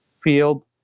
field